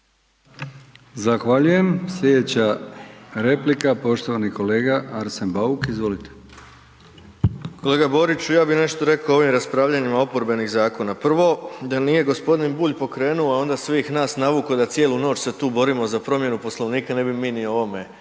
Zahvaljujem. Slijedeća replika, poštovani kolega Arsen Bauk, izvolite. **Bauk, Arsen (SDP)** Kolega Borić, ja bi nešto rekao o ovim raspravljanjima oporbenih zakona. Prvo, da nije g. Bulj pokrenuo a onda svih nas navukao da cijelu noć se tu borimo za promjenu Poslovnika, ne bi mi ni o ovome